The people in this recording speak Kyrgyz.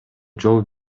жол